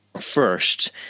first